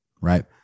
right